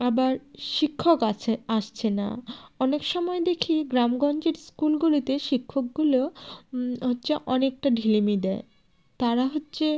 আবার শিক্ষক আছে আসছে না অনেক সময় দেখি গ্রামগঞ্জের স্কুলগুলিতে শিক্ষকগুলো হচ্ছে অনেকটা ঢিলেমি দেয় তারা হচ্ছে